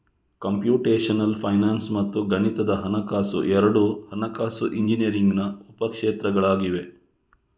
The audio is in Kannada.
ಕಂಪ್ಯೂಟೇಶನಲ್ ಫೈನಾನ್ಸ್ ಮತ್ತು ಗಣಿತದ ಹಣಕಾಸು ಎರಡೂ ಹಣಕಾಸು ಇಂಜಿನಿಯರಿಂಗಿನ ಉಪ ಕ್ಷೇತ್ರಗಳಾಗಿವೆ